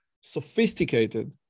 sophisticated